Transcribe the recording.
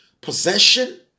possession